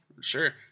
sure